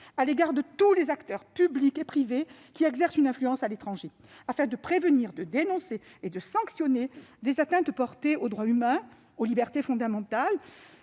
à l'égard de tous les acteurs, publics et privés, qui exercent une influence à l'étranger afin de prévenir, de dénoncer et de sanctionner des atteintes portées aux droits humains, aux libertés fondamentales